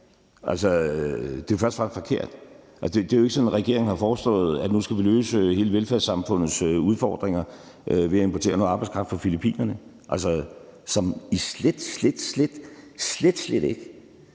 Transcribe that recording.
Det er jo først og fremmest forkert. Det er ikke sådan, at regeringen har foreslået, at nu skal vi løse alle velfærdssamfundets udfordringer ved at importere noget arbejdskraft fra Filippinerne – som i slet,